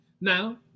Now